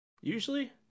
Usually